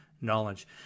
knowledge